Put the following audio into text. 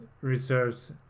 reserves